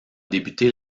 débuté